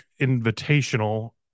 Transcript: Invitational